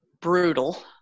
brutal